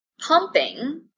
pumping